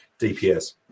DPS